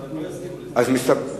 להסתפק בתשובה, אבל הם לא יסכימו לזה.